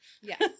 yes